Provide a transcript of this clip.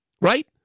Right